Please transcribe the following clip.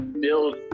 build